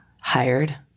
hired